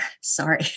Sorry